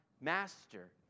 master